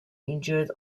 injured